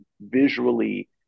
visually